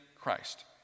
Christ